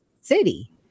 city